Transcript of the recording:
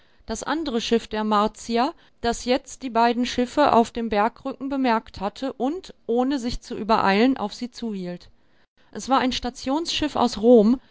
das andre schiff der martier das jetzt die beiden schiffe auf dem bergrücken bemerkt hatte und ohne sich zu übereilen auf sie zuhielt es war ein stationsschiff aus rom